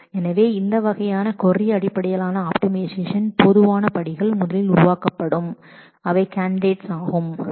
எனவே இந்த வகையான கொரி அடிப்படையிலான ஆப்டிமைசேஷன் பொதுவான படிகள் உருவாக்கப்படும் அவை முதலில் கேண்டிடேட்ஸ் என்பதை உருவாக்கும்